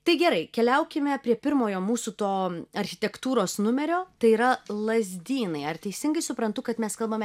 tai gerai keliaukime prie pirmojo mūsų to architektūros numerio tai yra lazdynai ar teisingai suprantu kad mes kalbame